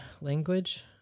language